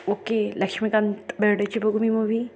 okay Laxmikant बेर्डेची बघू मी मुवी